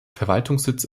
verwaltungssitz